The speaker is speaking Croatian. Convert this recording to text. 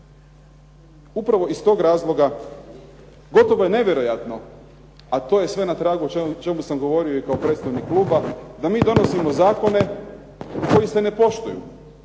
Upravo iz tog razloga, gotovo je nevjerojatno a to je sve na tragu o čemu sam govorio i kao predstavnik kluba da mi donosimo zakone koji se ne poštuju.